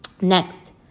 Next